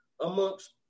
amongst